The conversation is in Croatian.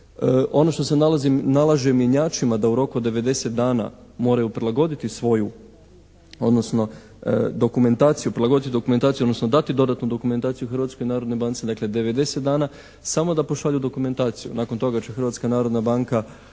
svoju odnosno dokumentaciju prilagoditi odnosno dati dodatnu dokumentaciju Hrvatskoj narodnoj banci, dakle devedeset dana samo da pošalju dokumentaciju, nakon toga će Hrvatska narodna banka